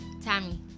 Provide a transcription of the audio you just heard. Tammy